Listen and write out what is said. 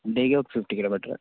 ಡೇಗೆ fifty kilometre